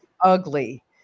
ugly